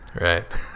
right